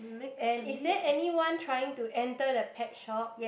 and is there anyone trying to enter the pet shop